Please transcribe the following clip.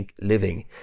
living